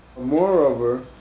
Moreover